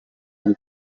come